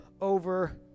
over